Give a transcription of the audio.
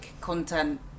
content